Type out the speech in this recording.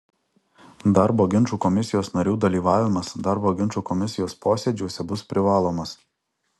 darbo ginčų komisijos narių dalyvavimas darbo ginčų komisijos posėdžiuose bus privalomas